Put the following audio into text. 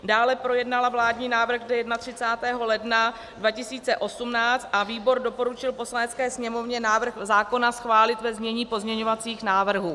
Dále projednala vládní návrh dne 31. ledna 2018 a výbor doporučil Poslanecké sněmovně návrh zákona schválit ve znění pozměňovacích návrhů.